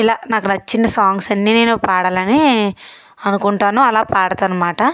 ఇలా నాకు నచ్చిన సాంగ్స్ అన్నీ నేను పాడాలని అనుకుంటాను అలా పాడతాను అన్నమాట